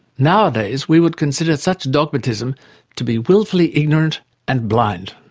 nowadays we would consider such dogmatism to be wilfully ignorant and blind.